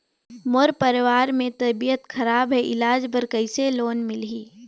मोर परवार मे तबियत खराब हे इलाज बर कइसे लोन मिलही?